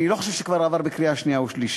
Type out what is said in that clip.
אני לא חושב שזה כבר עבר בקריאה שנייה ושלישית.